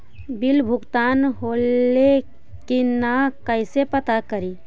Bill भुगतान होले की न कैसे पता करी?